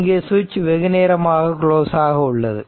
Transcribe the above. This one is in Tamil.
இங்கு சுவிட்ச் வெகுநேரமாக குளோசாக உள்ளது